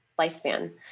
lifespan